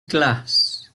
glass